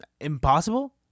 impossible